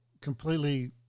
completely